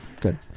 Good